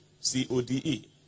C-O-D-E